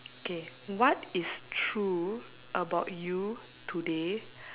K what is true about you today